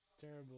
terrible